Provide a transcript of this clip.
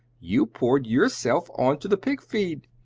you poured yourself on to the pig-feed!